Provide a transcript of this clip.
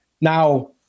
Now